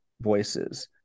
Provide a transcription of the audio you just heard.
voices